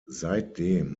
seitdem